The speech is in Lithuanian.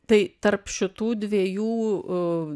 tai tarp šitų dviejų